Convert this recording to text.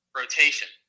rotation